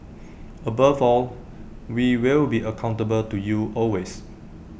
above all we will be accountable to you always